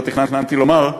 לא תכננתי לומר: